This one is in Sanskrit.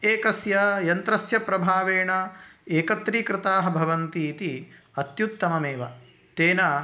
एकस्य यन्त्रस्य प्रभावेण एकत्रिकृताः भवन्ति इति अत्युत्तममेव तेन